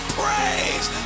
praise